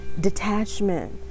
detachment